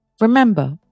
Remember